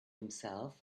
himself